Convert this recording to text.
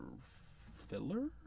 filler